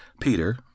Peter